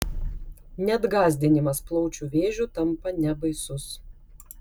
net gąsdinimas plaučių vėžiu tampa nebaisus